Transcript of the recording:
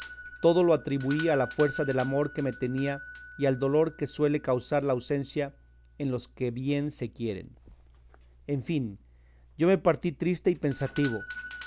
todo lo atribuí a la fuerza del amor que me tenía y al dolor que suele causar la ausencia en los que bien se quieren en fin yo me partí triste y pensativo